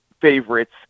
favorites